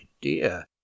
dear